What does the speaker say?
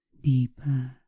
Deeper